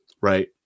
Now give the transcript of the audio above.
right